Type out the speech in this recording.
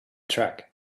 track